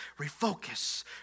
refocus